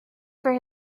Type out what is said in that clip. for